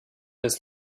des